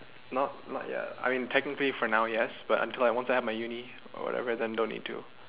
not not yet I mean technically for now yes but until I want to have my uni or whatever then don't need to